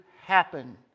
happen